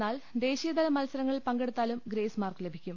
എന്നാൽ ദേശീ യതല മത്സരങ്ങളിൽ പങ്കെടുത്താലും ഗ്രേസ് മാർക്ക് ലഭിക്കും